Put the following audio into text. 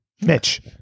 Mitch